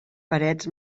parets